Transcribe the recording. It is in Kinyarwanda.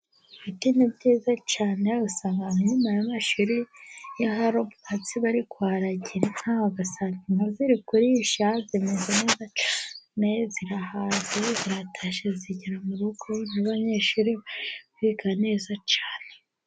Ibiti ni byiza cyane, usanga nk'inyuma y'amashuri hari ibyatsi bari ku haragira, ugasanga inka ziri kurisha, zimeze neza zirahaze ziratashye zigera mu rugo, n'abanyeshuri kakiga neza cyane.